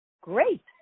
Great